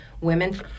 women